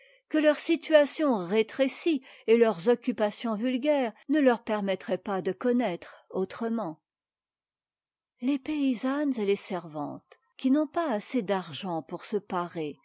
que leur situation rétrécie et leurs occupations vulgaires ne leur permettraientpasdeconna treautrement les paysannes et les servantes qui n'ont pas assez d'argent pour se parer